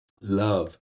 Love